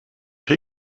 pkw